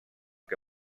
què